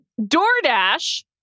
DoorDash